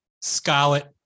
Scarlet